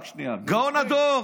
עשו אותה גאון הדור.